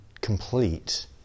complete